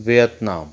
Vietnam